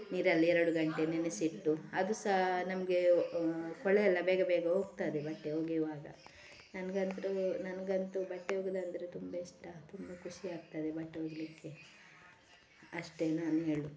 ನೀರಲ್ಲಿ ಎರಡು ಗಂಟೆ ನೆನೆಸಿಟ್ಟು ಅದು ಸಹ ನಮಗೆ ಕೊಳೆ ಎಲ್ಲ ಬೇಗ ಬೇಗ ಹೋಗ್ತದೆ ಬಟ್ಟೆ ಒಗೆಯುವಾಗ ನನಗಂತೂ ನನಗಂತು ಬಟ್ಟೆ ಒಗ್ಯುದ್ ಅಂದರೆ ತುಂಬ ಇಷ್ಟ ತುಂಬ ಖುಷಿ ಆಗ್ತದೆ ಬಟ್ಟೆ ಒಗಿಲಿಕ್ಕೆ ಅಷ್ಟೆ ನಾನು ಹೇಳುದು